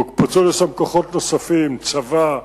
הוקפצו לשם כוחות נוספים, צבא,